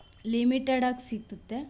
ಲಿಮಿಟೆಡಾಗಿ ಸಿಕ್ಕುತ್ತೆ